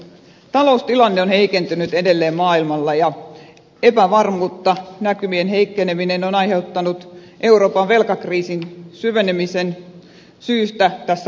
taloustilanne on heikentynyt edelleen maailmalla ja näkymien heikkeneminen euroopan velkakriisin syvenemisen vuoksi on aiheuttanut epävarmuutta tässä loppuvuoden aikana